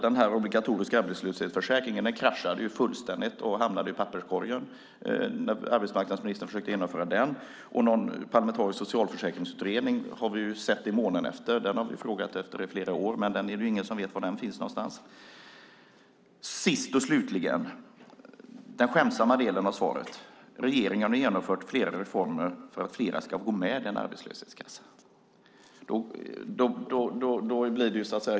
Den obligatoriska arbetslöshetsförsäkringen kraschade fullständigt och hamnade i papperskorgen när arbetsmarknadsministern försökte genomföra den. En parlamentarisk socialförsäkringsutredning har vi sett i månen efter. Vi har frågat efter den i flera år, men det är ingen som vet var den finns någonstans. Sist och slutligen den skämtsamma delen av svaret: Regeringen har genomfört flera reformer för att fler ska gå med i en arbetslöshetskassa.